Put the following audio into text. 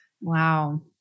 Wow